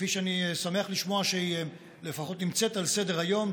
ואני שמח לשמוע שהיא לפחות נמצאת על סדר-היום,